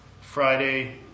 Friday